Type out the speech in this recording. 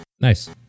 nice